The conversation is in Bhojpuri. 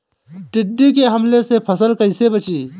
टिड्डी के हमले से फसल कइसे बची?